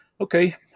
Okay